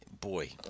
boy